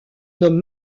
nomme